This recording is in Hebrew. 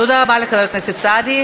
תודה לחבר הכנסת סעדי.